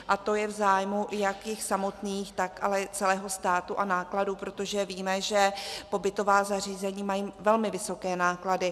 Je to v zájmu jak jich samotných, tak celého státu a nákladů, protože víme, že pobytová zařízení mají velmi vysoké náklady.